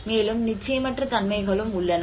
மேலும் நிச்சயமற்ற தன்மைகளும் உள்ளன